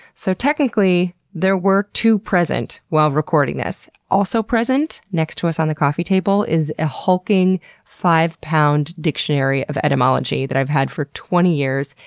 so, technically, there were two present while recording this. also present, next to us on the coffee table, is a hulking five pound dictionary of etymology that i've had for twenty years.